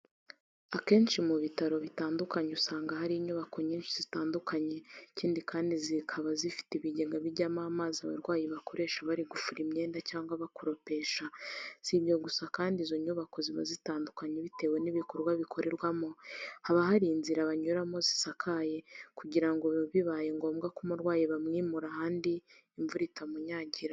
Akenshi mu bitaro bitandukanye usanga hari inyubako nyinshi zitandukanye, ikindi kandi zikaba zifite ibigega bijyamo amazi abarwayi bakoresha bari gufura imyenda cyangwa bakayakoropesha, si ibyo gusa kandi izo nyubako ziba zitandukanye bitewe n'ibikorwa bikorererwamo, haba hari inzira banyuramo zisakaye kugira ngo bibaye ngombwa ko umurwayi bamwimurira ahandi imvura itamunyagira.